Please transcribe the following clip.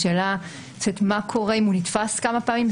השאלה היא: מה קורה אם הוא נתפס כמה פעמים?